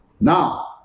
Now